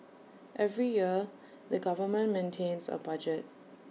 every year the government maintains A budget